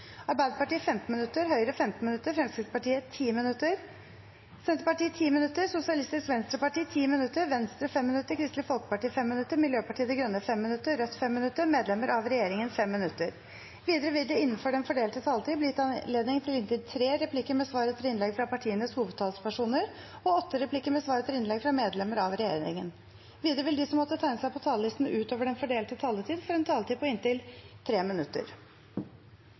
Arbeiderpartiet 15 minutter, Høyre 15 minutter, Fremskrittspartiet 10 minutter, Senterpartiet 10 minutter, Sosialistisk Venstreparti 10 minutter, Venstre 5 minutter, Kristelig Folkeparti 5 minutter, Miljøpartiet De Grønne 5 minutter, Rødt 5 minutter og medlemmer av regjeringen 5 minutter. Videre vil det – innenfor den fordelte taletid – bli gitt anledning til inntil tre replikker med svar etter innlegg fra partienes hovedtalspersoner og åtte replikker med svar etter innlegg fra medlemmer av regjeringen. Videre vil de som måtte tegne seg på talerlisten utover den fordelte taletid, få en taletid på inntil 3 minutter.